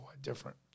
different